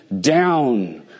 down